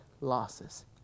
losses